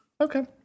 Okay